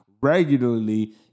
regularly